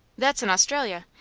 that's in australia.